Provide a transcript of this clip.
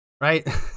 right